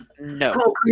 No